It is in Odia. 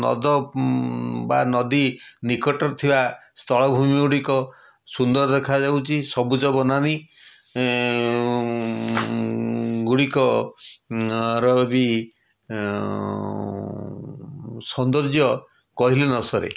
ହ୍ରଦ ବା ନଦୀ ନିକଟରେ ଥିବା ସ୍ଥଳ ଭୁମି ଗୁଡ଼ିକ ସୁନ୍ଦର ଦେଖାଯାଉଛି ସବୁଜ ବନାନୀ ଗୁଡ଼ିକ ଆର ବି ସୌନ୍ଦର୍ଯ୍ୟ କହିଲେ ନ ସରେ